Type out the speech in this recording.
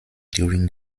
during